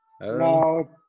No